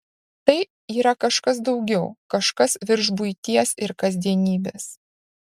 tai yra kažkas daugiau kažkas virš buities ir kasdienybės